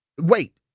wait